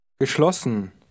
Geschlossen